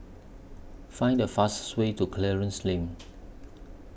Find The fastest Way to Clarence Lane